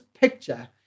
picture